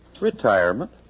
Retirement